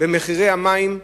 במחירי המים,